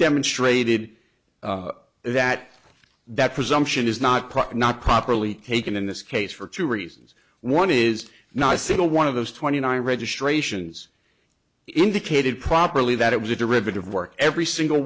demonstrated that that presumption is not proper not properly taken in this case for two reasons one is not a single one of those twenty nine registrations indicated properly that it was a derivative work every single